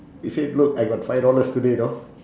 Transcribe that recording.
you said look I got five dollars today know